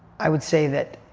i would say that,